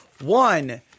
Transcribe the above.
one